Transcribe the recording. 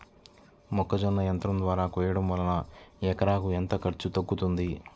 మొక్కజొన్న యంత్రం ద్వారా కోయటం వలన ఎకరాకు ఎంత ఖర్చు తగ్గుతుంది?